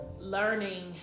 learning